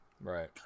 Right